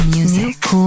Music